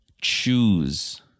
choose